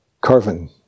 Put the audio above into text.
Carvin